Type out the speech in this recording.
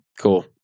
Cool